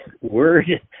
word